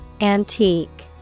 Antique